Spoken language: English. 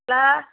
hello